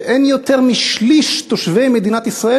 שאין יותר משליש מתושבי מדינת ישראל